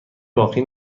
باقی